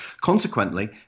consequently